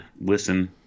listen